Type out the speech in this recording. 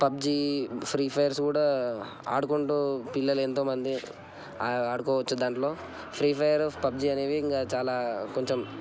PUBG free fires కూడా ఆడుకుంటు పిల్లలు ఎంతోమంది ఆడుకోవచ్చు దాంట్లో ఫ్రీ ఫైర్ పబ్జీ అనేవి ఇంకా చాలా కొంచెం